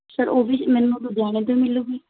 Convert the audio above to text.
sir ਉਹ ਵੀ ਮੈਨੂੰ ਲੁਧਿਆਣੇ ਤੋਂ ਹੀ ਮਿਲੂਗੀ